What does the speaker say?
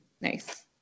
Nice